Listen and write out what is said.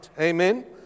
Amen